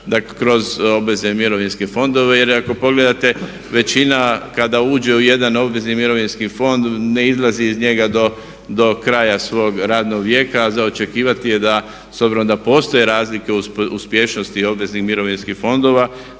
kroz obvezne mirovinske fondove. Jer ako pogledate većina kada uđe u jedan obvezni mirovinski fond ne izlazi iz njega do kraja svog radnog vijeka. A za očekivati je da s obzirom da postoje razlike uspješnosti obveznih mirovinskih fondova